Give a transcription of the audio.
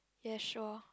yes sure